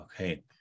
Okay